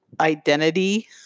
identity